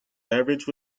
beverage